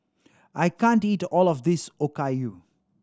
I can't eat all of this Okayu